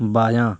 بایاں